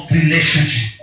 relationship